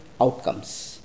outcomes